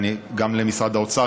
וגם למשרד האוצר,